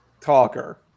talker